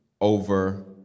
over